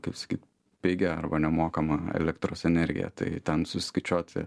kaip sakyt pigią arba nemokamą elektros energiją tai ten susiskaičiuoti